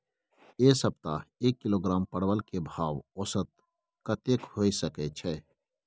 ऐ सप्ताह एक किलोग्राम परवल के भाव औसत कतेक होय सके छै?